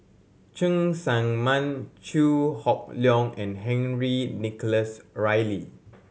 Cheng Tsang Man Chew Hock Leong and Henry Nicholas Ridley